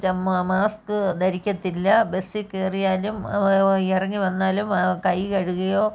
ചെം മാ മാസ്ക് ധരിക്കത്തില്ല ബസ്സിൽ കയറിയാലും ഇറങ്ങി വന്നാലും കൈ കഴുകുകയോ